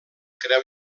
creu